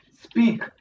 speak